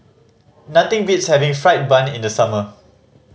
nothing beats having fried bun in the summer